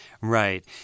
Right